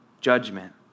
judgment